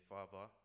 Father